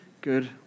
good